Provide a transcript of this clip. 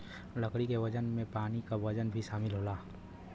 लकड़ी के वजन में पानी क वजन भी शामिल होला